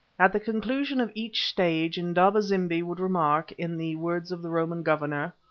at the conclusion of each stage indaba-zimbi would remark, in the words of the roman governor,